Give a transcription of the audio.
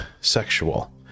sexual